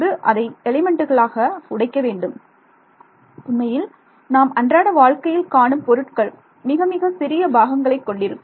பின்பு அதை எலிமெண்ட்டுகளாக உடைக்க வேண்டும் உண்மையில் நாம் அன்றாட வாழ்க்கையில் காணும் பொருட்கள் மிக மிக சிறிய பாகங்களை கொண்டிருக்கும்